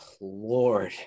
Lord